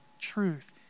truth